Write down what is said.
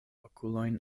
okulojn